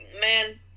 man